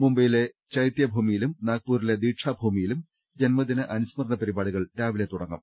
മുംബൈയിലെ ചൈത്യ ഭൂമി യിലും നാഗ്പൂരിലെ ദീക്ഷാ ഭൂമിയിലും ജന്മദിന അനുസ്മ രണ പരിപാടികൾ രാവിലെ തുടങ്ങും